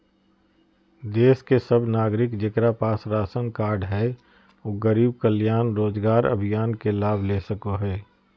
देश के सब नागरिक जेकरा पास राशन कार्ड हय उ गरीब कल्याण रोजगार अभियान के लाभ ले सको हय